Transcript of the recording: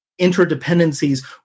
interdependencies